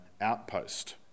outpost